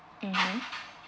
mmhmm